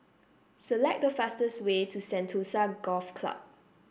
select the fastest way to Sentosa Golf Club